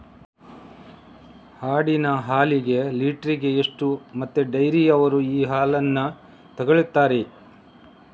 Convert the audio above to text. ಆಡಿನ ಹಾಲಿಗೆ ಲೀಟ್ರಿಗೆ ಎಷ್ಟು ಮತ್ತೆ ಡೈರಿಯವ್ರರು ಈ ಹಾಲನ್ನ ತೆಕೊಳ್ತಾರೆ?